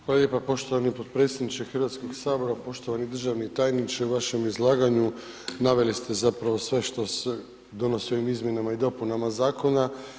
Hvala lijepa poštovani potpredsjedniče HS-a, poštovani državni tajniče na vašem izlaganju naveli ste zapravo sve što se donosi ovim izmjenama i dopunama zakona.